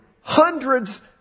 hundreds